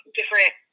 different